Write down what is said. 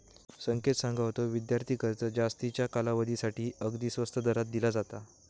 संकेत सांगा होतो, विद्यार्थी कर्ज जास्तीच्या कालावधीसाठी अगदी स्वस्त दरात दिला जाता